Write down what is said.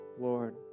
Lord